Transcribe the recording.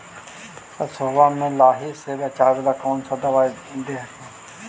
सरसोबा मे लाहि से बाचबे ले कौन दबइया दे हखिन?